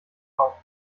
auf